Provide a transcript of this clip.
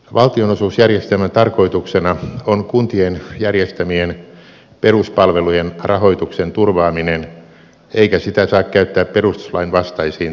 valtionosuusjärjestelmän tarkoituksena on kuntien järjestämien peruspalvelujen rahoituksen turvaaminen eikä sitä saa käyttää perustuslain vastaisiin tarkoituksiin